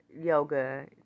yoga